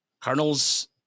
Cardinals